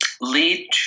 lead